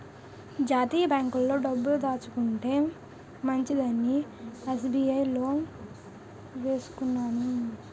జాతీయ బాంకుల్లో డబ్బులు దాచుకుంటే మంచిదని ఎస్.బి.ఐ లో వేసుకున్నాను